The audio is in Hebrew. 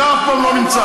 אתה אף פעם לא נמצא,